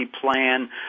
plan